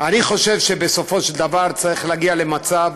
אני חושב שבסופו של דבר צריך להגיע למצב